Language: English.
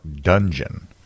dungeon